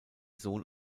sohn